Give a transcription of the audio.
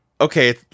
Okay